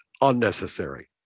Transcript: unnecessary